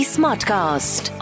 Smartcast